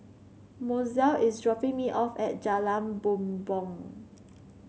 Mozelle is dropping me off at Jalan Bumbong